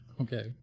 okay